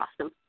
awesome